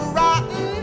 rotten